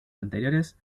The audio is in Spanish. anteriores